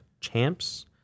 Champs